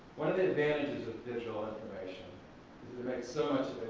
one of the advantages of digital information so